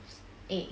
eh